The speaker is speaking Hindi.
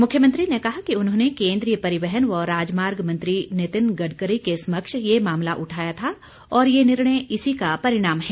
मुख्यमंत्री ने कहा कि उन्होंने केन्द्रीय परिवहन व राजमार्ग मंत्री नितिन गडकरी के समक्ष ये मामला उठाया था और ये निर्णय इसी का परिणाम है